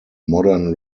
modern